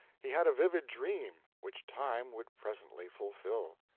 he had a vivid dream, which time would presently fulfil.